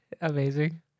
Amazing